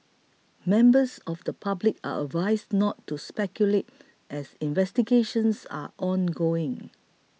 members of the public are advised not to speculate as investigations are ongoing